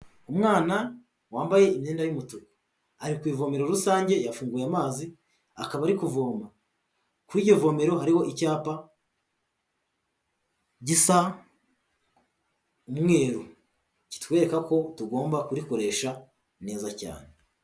Umwana wambaye imyenda y'umutuku, ari ku ivomero rusange yafunguye amazi akaba ari kuvoma, kuri iyo vomero hariho icyapa gisa umweru tuwereka ko tugomba kurikoresha neza cyane.